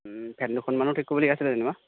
ফেন দুখনমানো ঠিক কৰিবলৈ আছিলে যেনিবা